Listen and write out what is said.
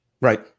Right